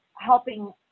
helping